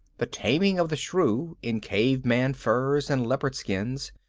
the taming of the shrew in caveman furs and leopard skins,